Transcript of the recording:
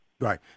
Right